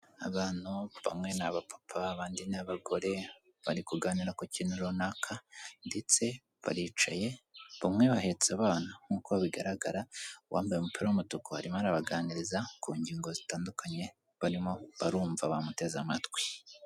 Abantu bamwe ni abapapa bandi n'abagore bari kuganira ku kintu runaka, ndetse baricaye bamwe bahetse abana nk'uko bigaragara uwambaye umupira w'umutuku arimo arabaganiriza, ku ngingo zitandukanye barimo barumva bamuteze amatwi.